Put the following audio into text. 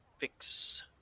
fix